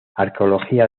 arqueología